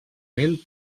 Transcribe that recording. mil